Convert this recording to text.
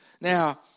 Now